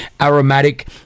aromatic